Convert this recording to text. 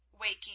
waking